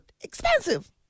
expensive